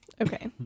okay